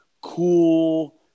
cool